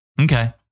Okay